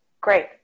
Great